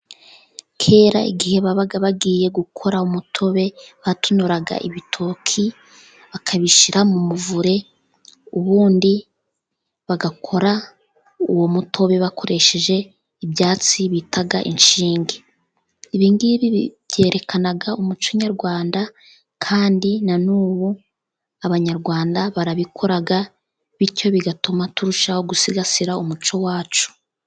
Kera, igihe babaga bagiye gukora umutobe, batonoraga ibitoki, bakabishyira mu muvure, ubundi bagakora uwo mutobe bakoresheje ibyatsi bita inshinge. Ibingibi byerekana umuco nyarwanda, kandi na n'ubu Abanyarwanda barabikora, bityo bigatuma turushaho gusigasira umuco wacu.